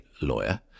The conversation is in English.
lawyer